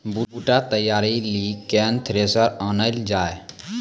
बूटा तैयारी ली केन थ्रेसर आनलऽ जाए?